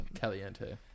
Caliente